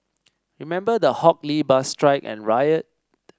remember the Hock Lee bus strike and riot